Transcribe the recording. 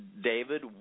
David